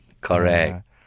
correct